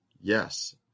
Yes